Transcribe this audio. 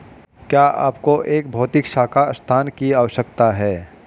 क्या आपको एक भौतिक शाखा स्थान की आवश्यकता है?